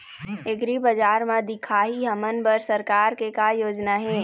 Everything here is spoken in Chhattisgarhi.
एग्रीबजार म दिखाही हमन बर सरकार के का योजना हे?